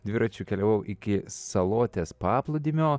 dviračiu keliavau iki salotės paplūdimio